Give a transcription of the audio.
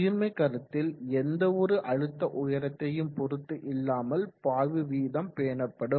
சீர்மை கருத்தில் எந்த வொரு அழுத்த உயரத்தையும் பொறுத்து இல்லாமல் பாய்வு வீதம் பேணப்படும்